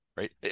right